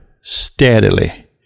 steadily